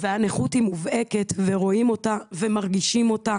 הנכות היא מובהקת ורואים אותה ומרגישים אותה